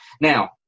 Now